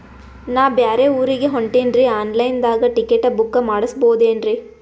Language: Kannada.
ನಾ ಬ್ಯಾರೆ ಊರಿಗೆ ಹೊಂಟಿನ್ರಿ ಆನ್ ಲೈನ್ ದಾಗ ಟಿಕೆಟ ಬುಕ್ಕ ಮಾಡಸ್ಬೋದೇನ್ರಿ?